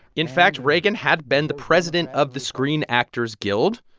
in fact, reagan had been the president of the screen actors guild.